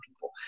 people